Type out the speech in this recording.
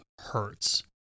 hurts